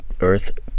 earth